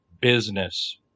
business